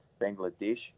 Bangladesh